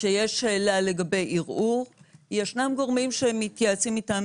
כשיש שאלה לגבי ערעור ישנם גורמים שהם מתייעצים איתם,